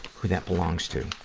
who that belongs to.